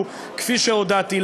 הוא כפי שהודעתי,